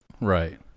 Right